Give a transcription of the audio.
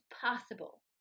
possible